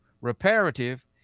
reparative